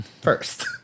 first